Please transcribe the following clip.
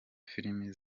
filimi